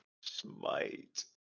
Smite